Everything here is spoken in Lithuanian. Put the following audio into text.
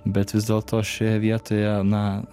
bet vis dėlto šioje vietoje na